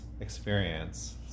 experience